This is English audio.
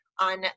on